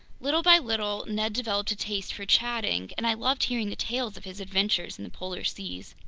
little by little ned developed a taste for chatting, and i loved hearing the tales of his adventures in the polar seas.